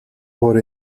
por